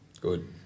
Good